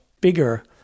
bigger